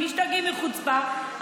משתגעים מחוצפה,